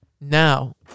now